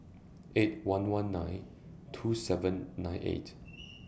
eight one one nine two seven nine eight